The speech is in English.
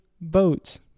votes